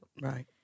Right